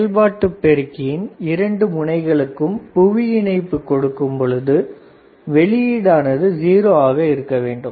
செயல்பாட்டு பெருக்கியின் இரண்டுமுனைகளுக்கும் புவி இணைப்பு கொடுக்கும் பொழுது வெளியீடானது 0 ஆக இருக்க வேண்டும்